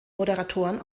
moderatoren